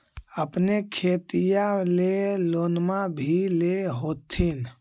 अपने खेतिया ले लोनमा भी ले होत्थिन?